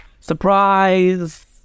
Surprise